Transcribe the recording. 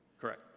Correct